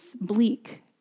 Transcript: bleak